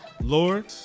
Lord